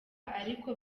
ariko